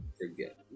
forget